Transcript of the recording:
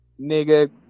Nigga